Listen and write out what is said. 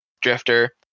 Drifter